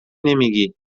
نمیگی